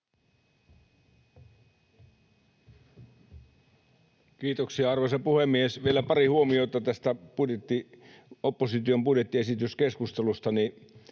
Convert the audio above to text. Kiitoksia, arvoisa puhemies! Vielä pari huomiota tästä opposition budjettiesityskeskustelusta.